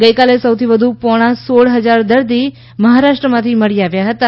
ગઇકાલે સૌથી વધુ પોણા સોળ હજાર દર્દી મહારાષ્ટ્રમાંથી મળી આવ્યા હતા